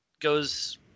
goes